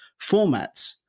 formats